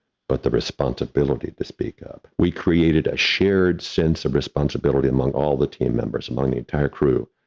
but the responsibility to speak up, we created a shared sense of responsibility among all the team members among the entire crew,